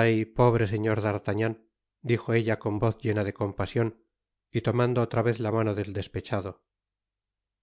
ay pobre señor d'artagnan dijo ella con voz llena de compasion y tomando otra vez la mano del despechado